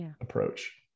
approach